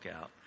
out